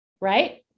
right